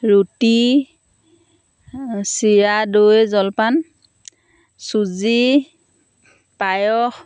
ৰুটি চিৰা দৈ জলপান চুজি পায়স